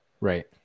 Right